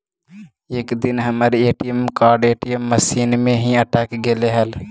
एक दिन हमर ए.टी.एम कार्ड ए.टी.एम मशीन में ही अटक गेले हल